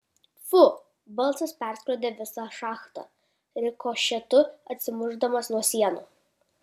fu balsas perskrodė visą šachtą rikošetu atsimušdamas nuo sienų